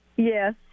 Yes